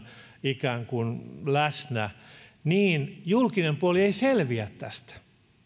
ikään kuin läsnä niin julkinen puoli ei selviä tästä